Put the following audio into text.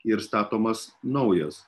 ir statomas naujas